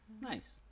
Nice